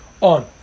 on